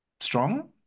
strong